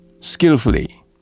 skillfully